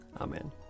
Amen